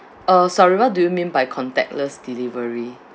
uh sorry what do you mean by contactless delivery